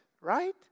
right